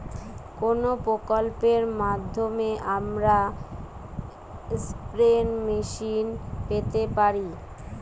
কোন প্রকল্পের মাধ্যমে আমরা স্প্রে মেশিন পেতে পারি?